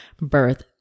Birth